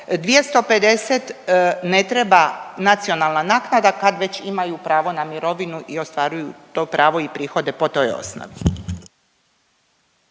250 ne treba nacionalna naknada kad već imaju pravo na mirovinu i ostvaruju to pravo i prihode po toj osnovi.